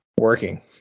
working